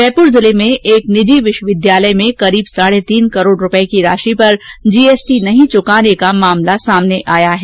जयपुर जिले में एक निजी विश्वविद्यालय में करीब साढे तीन करोड़ रूपए की राशि पर जीएसटी नहीं चुकाने का मामला सामने आया है